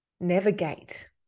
navigate